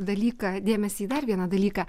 dalyką dėmesį į dar vieną dalyką